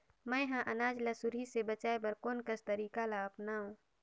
मैं ह अनाज ला सुरही से बचाये बर कोन कस तरीका ला अपनाव?